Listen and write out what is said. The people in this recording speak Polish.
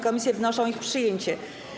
Komisje wnoszą o ich przyjęcie.